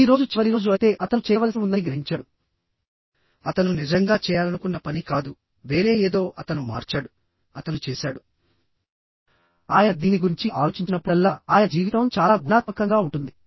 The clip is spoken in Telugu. ఈ రోజు చివరి రోజు అయితే అతను చేయవలసి ఉందని గ్రహించాడు అతను నిజంగా చేయాలనుకున్న పని కాదు వేరే ఏదో అతను మార్చాడు అతను చేశాడు ఆయన దీని గురించి ఆలోచించినప్పుడల్లా ఆయన జీవితం చాలా గుణాత్మకంగా ఉంటుంది